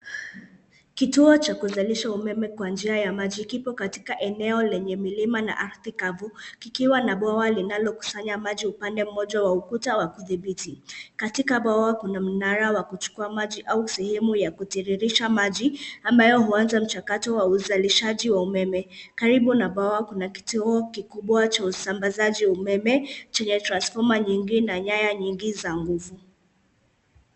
Kituo cha kuzalisha umeme kwa njia ya maji kipo katika eneo lenye milima na ardhi kavu, kikiwa na bwawa linalokusanya maji upande mmoja wa ukuta wa kudhibiti. Katika bwawa kuna mnara wa kuchukua maji au sehemu ya kutiririsha maji, ambayo huanza mchakato wa uzalishaji wa umeme. Karibu na bwawa kuna kituo kikubwa cha usambazaji umeme chenye transfoma nyingi na nyaya nyingi za nguvu.